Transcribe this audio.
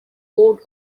board